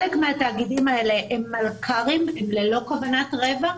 חלק מהתאגידים האלה הם מלכ"רים, ללא כוונת רווח,